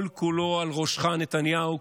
כל-כולו על ראשך, נתניהו.